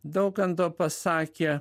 daukanto pasakė